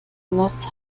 was